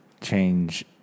change